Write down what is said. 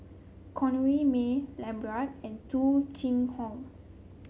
Corrinne May Lambert and Tung Chye Hong